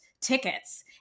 tickets